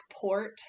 port